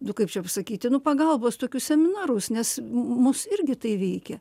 nu kaip čia pasakyti nu pagalbos tokius seminarus nes mus irgi tai veikia